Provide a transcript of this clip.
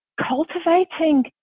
cultivating